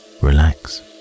relax